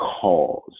cause